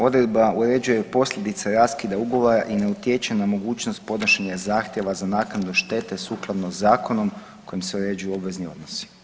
Odredba uređuje posljedice raskida ugovora i ne utječe na mogućnost podnošenja zahtjeva za naknadu štete sukladno zakonom kojim se uređuju obvezni odnosi.